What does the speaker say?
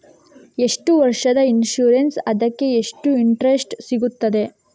ಎಷ್ಟು ವರ್ಷದ ಇನ್ಸೂರೆನ್ಸ್ ಅದಕ್ಕೆ ಎಷ್ಟು ಇಂಟ್ರೆಸ್ಟ್ ಸಿಗುತ್ತದೆ?